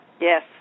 Yes